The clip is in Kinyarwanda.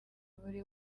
buri